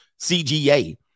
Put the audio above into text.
CGA